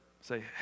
say